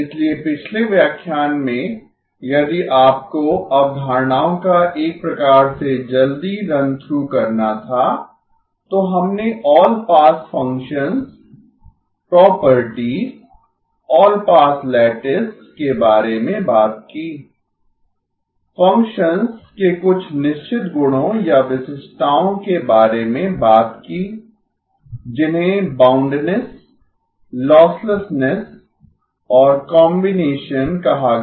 इसलिए पिछले व्याख्यान में यदि आपको अवधारणाओं का एक प्रकार से जल्दी रन थ्रू करना था तो हमने all pass functions properties all pass lattice के बारे में बात की फ़ंक्शंस के कुछ निश्चित गुणों या विशिष्टताओं के बारे मे बात की जिन्हें बाउंडनेस लॉसलेसनेस और कॉम्बिनेशन कहा गया